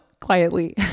quietly